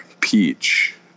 peach